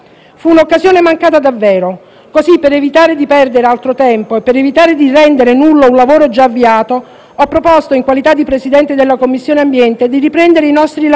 Così, per evitare di perdere altro tempo e per evitare di rendere nullo un lavoro già avviato, ho proposto, in qualità di Presidente della Commissione ambiente, di riprendere i nostri lavori proprio da questo argomento,